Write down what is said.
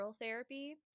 therapy